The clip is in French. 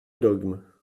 dogmes